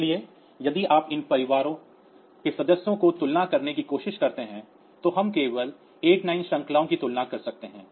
इसलिए यदि आप इन परिवार के सदस्यों की तुलना करने की कोशिश करते हैं तो हम केवल 89 श्रृंखलाओं की तुलना कर रहे हैं